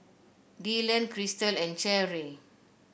Dylan Krystle and Cherri